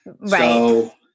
Right